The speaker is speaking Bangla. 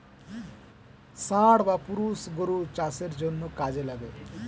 ষাঁড় বা পুরুষ গরু চাষের জন্যে কাজে লাগে